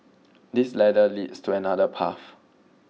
this ladder leads to another path